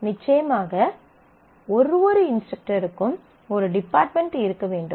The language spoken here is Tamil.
நிச்சயமாக ஒவ்வொரு இன்ஸ்டரக்டருக்கும் ஒரு டிபார்ட்மென்ட் இருக்க வேண்டும்